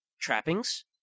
trappings